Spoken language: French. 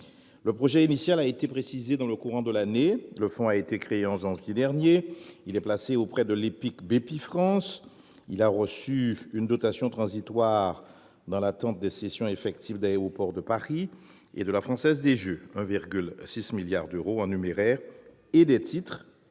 Ce projet initial a été précisé dans le courant de l'année. Créé en janvier dernier, le fonds est placé auprès de l'EPIC Bpifrance. Il a reçu une dotation transitoire dans l'attente des cessions effectives d'Aéroports de Paris et de la Française des jeux, soit 1,6 milliard d'euros en numéraire, et des titres